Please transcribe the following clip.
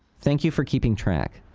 thank you for keeping track.